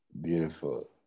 Beautiful